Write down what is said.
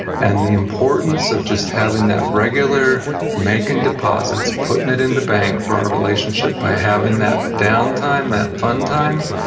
and the importance of just having that regular making deposits, putting it in the bank for our relationship by having that downtime, that fun time,